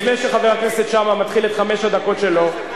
לפני שחבר הכנסת שאמה מתחיל את חמש הדקות שלו,